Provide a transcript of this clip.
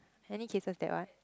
any cases that one